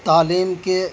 تعلیم کے